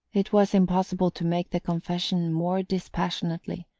it was impossible to make the confession more dispassionately,